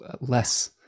less